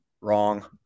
Wrong